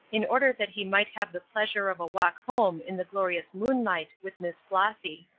in order that he might have the pleasure of a walk home in the glorious moonlight with miss flossy.